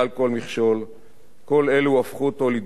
כל אלו הפכו אותו לדמות מיתולוגית של ממש,